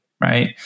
right